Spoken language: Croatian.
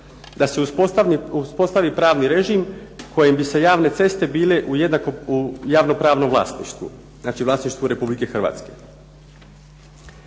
da se uspostavi pravni režim kojim bi se javne ceste bile u javno-pravnom vlasništvu. Znači vlasništvu RH.